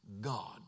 God